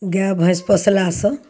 गाय भैंस पोसलासँ